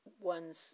One's